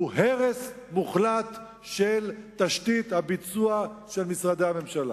היא הרס מוחלט של תשתית הביצוע של משרדי הממשלה,